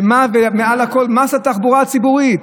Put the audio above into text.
ומעל הכול, מס על התחבורה הציבורית.